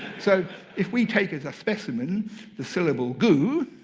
so if we take as a specimen the syllable gu,